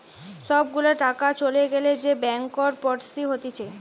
সব গুলা টাকা চলে গ্যালে যে ব্যাংকরপটসি হতিছে